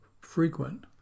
frequent